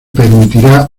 permitirá